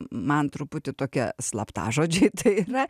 man truputį tokie slaptažodžiai tai yra